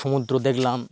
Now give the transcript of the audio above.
সমুদ্র দেখলাম